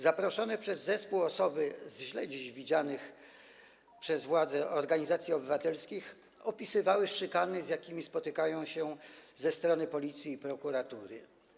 Zaproszone przez zespół osoby ze źle dziś widzianych przez władzę organizacji obywatelskich opisywały szykany, z jakimi spotykają się ze strony Policji i prokuratury.